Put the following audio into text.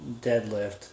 deadlift